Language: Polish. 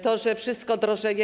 To, że wszystko drożeje.